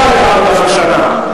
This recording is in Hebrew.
בוועדה היתה עבודה של שנה.